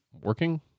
working